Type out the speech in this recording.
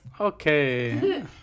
okay